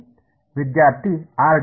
ವಿದ್ಯಾರ್ಥಿ R D R